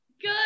Good